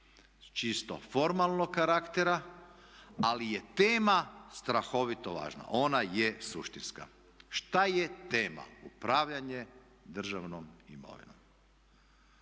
čisto formalnog karaktera ali je tema strahovito važna, ona je suštinska. Šta je tema? Upravljanje državnom imovinom.